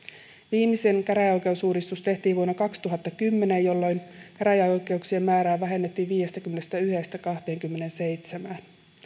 viimeisin käräjäoikeusuudistus tehtiin vuonna kaksituhattakymmenen jolloin käräjäoikeuksien määrää vähennettiin viidestäkymmenestäyhdestä kahteenkymmeneenseitsemään